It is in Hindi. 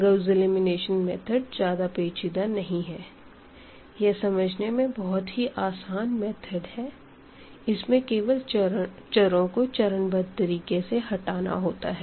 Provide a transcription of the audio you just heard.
गाउस एलिमिनेशन मेथड ज्यादा पेचीदा नहीं है यह समझने में बहुत ही आसान मेथड है इसमें केवल वेरीअबलस को चरणबद्ध तरीके से हटाना होता है